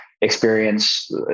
experience